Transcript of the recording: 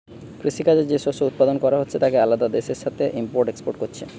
কৃষি কাজে যে শস্য উৎপাদন হচ্ছে তাকে আলাদা দেশের সাথে ইম্পোর্ট এক্সপোর্ট কোরছে